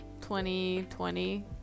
2020